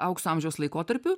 aukso amžiaus laikotarpiu